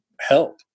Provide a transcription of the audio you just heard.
help